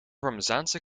parmezaanse